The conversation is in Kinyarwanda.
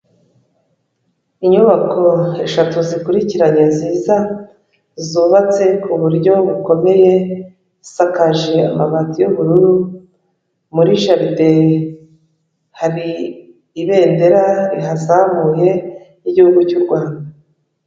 Inyubako eshatu zikurikiranye nziza zubatse ku buryo bukomeye, zisakaje amabati y'ubururu, muri jaride hari Ibendera rihazamuye ry'Igihugu cy'u Rwanda.